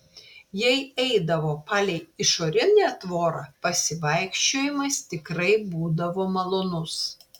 jei eidavo palei išorinę tvorą pasivaikščiojimas tikrai būdavo malonus